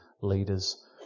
leaders